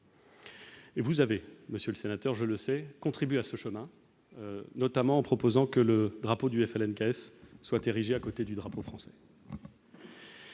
Et vous avez, Monsieur le Sénateur, je le sais, contribuent à ce chemin, notamment en proposant que le drapeau du FLNKS soit érigé à côté du drapeau français.